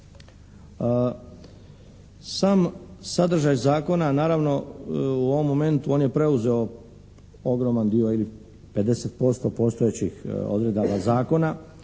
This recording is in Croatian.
Sam sadržaj zakona naravno u ovom momentu on je preuzeo ogroman dio ili 50% postojećih odredaba zakona